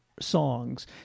songs